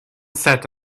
set